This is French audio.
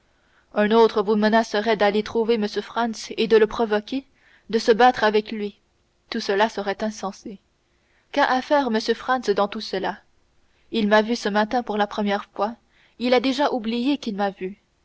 un autre vous menacerait d'aller trouver m franz de le provoquer de se battre avec lui tout cela serait insensé qu'a à faire m franz dans tout cela il m'a vu ce matin pour la première fois il a déjà oublié qu'il m'a vu